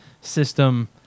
system